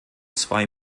zwei